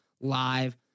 live